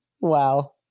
Wow